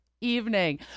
evening